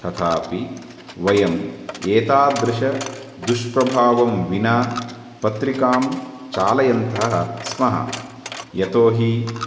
तथापि वयम् एतादृशदुष्प्रभावेण विना पत्रिकां चालयन्तः स्मः यतो हि